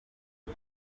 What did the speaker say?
uyu